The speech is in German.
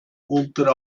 unter